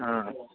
हाँ